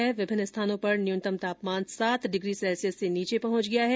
राज्य में विभिन्न स्थानों पर न्यूनतम तापमान सात डिग्री सैल्सियस से नीचे पहुंच गया है